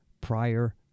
prior